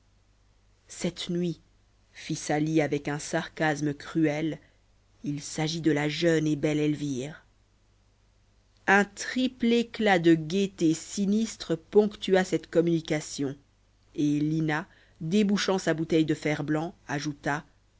cette nuit fit sali avec un sarcasme cruel il s'agit de la jeune et belle elvire un triple éclat de gaieté sinistre ponctua cette communication et lina débouchant sa bouteille de fer-blanc ajouta